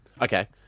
Okay